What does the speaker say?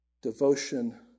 devotion